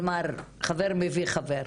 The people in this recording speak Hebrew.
כלומר חבר מביא חבר.